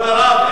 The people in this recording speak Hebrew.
כבוד הרב,